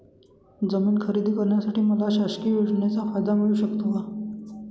जमीन खरेदी करण्यासाठी मला शासकीय योजनेचा फायदा मिळू शकतो का?